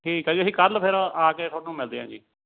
ਠੀਕ ਹੈ ਜੀ ਅਸੀਂ ਕੱਲ੍ਹ ਫਿਰ ਆ ਕੇ ਤੁਹਾਨੂੰ ਮਿਲਦੇ ਆ ਜੀ